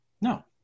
No